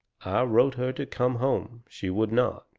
wrote her to come home. she would not.